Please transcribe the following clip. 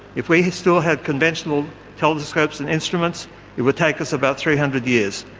if we still had conventional telescopes and instruments it would take us about three hundred years,